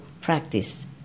practice